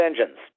engines